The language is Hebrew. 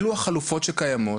אלו החלופות שקיימות,